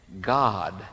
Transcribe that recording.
God